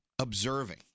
observing